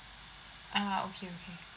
uh okay okay